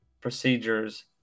procedures